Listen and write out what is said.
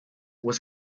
was